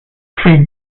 free